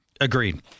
Agreed